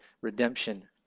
redemption